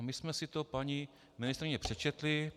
My jsme si to ale, paní ministryně, přečetli.